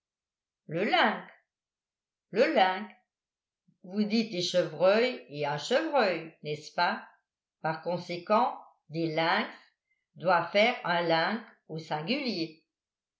le link le link vous dites des chevreuils et un chevreuil n'est-ce pas par conséquent des lynx doivent faire un link au singulier